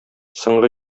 соңгы